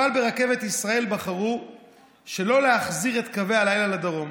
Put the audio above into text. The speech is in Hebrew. אבל ברכבת ישראל בחרו שלא להחזיר את קווי הלילה לדרום.